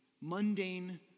mundane